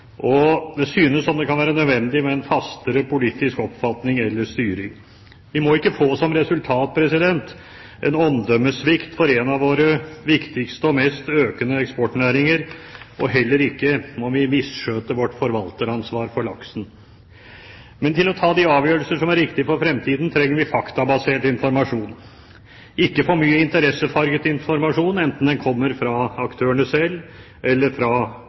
Det synes som om det kan være nødvendig med en fastere politisk oppfatning eller styring. Vi må ikke få som resultat en omdømmesvikt for en av våre viktigste og mest økende eksportnæringer, og heller ikke må vi misskjøtte vårt forvaltningsansvar for laksen. Til å ta avgjørelser som er riktige for fremtiden trenger vi faktabasert informasjon – ikke for mye interessefarget informasjon, enten den kommer fra aktørene selv eller fra